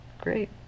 great